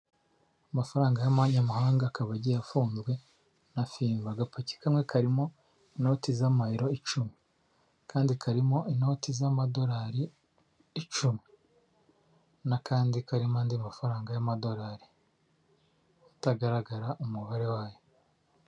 Amafaranga y'amanyamahanga akaba agiye afunzwe na fimba, agapaki kamwe karimo inoti z'amayero icumi, akandi karimo inoti z'amadorari icumi n'akandi karimo andi mafaranga y'amadolari atagaragara umubare wayo.